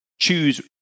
choose